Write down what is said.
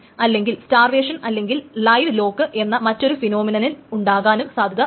അല്ലെങ്കിൽ സ്റ്റാർവേഷൻ അല്ലെങ്കിൽ live lock എന്ന മറ്റൊരു ഫിനോമിനലിൽ ഉണ്ടാകാനും സാധ്യതയുണ്ട്